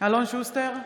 אלון שוסטר,